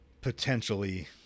potentially